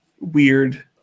weird